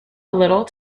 little